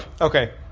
Okay